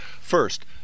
First